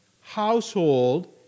household